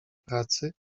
pracy